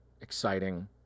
exciting